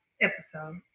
episode